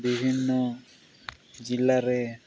ବିଭିନ୍ନ ଜିଲ୍ଲାରେ